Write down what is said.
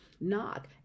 knock